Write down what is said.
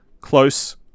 Close